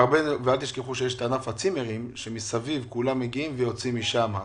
אל תשכחו שיש את ענף הצימרים שמסביב כולם מגיעים ויוצאים משם.